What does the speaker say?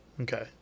Okay